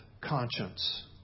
conscience